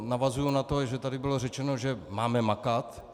Navazuji na to, že tady bylo řečeno, že máme makat.